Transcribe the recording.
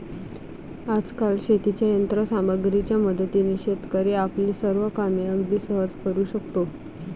आजकाल शेतीच्या यंत्र सामग्रीच्या मदतीने शेतकरी आपली सर्व कामे अगदी सहज करू शकतो